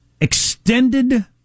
Extended